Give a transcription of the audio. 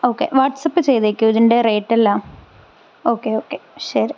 okay WhatsApp ചെയ്തേക്കൂ ഇതിൻ്റെ റേറ്റെല്ലാം ഓക്കേ ഓക്കേ ശരി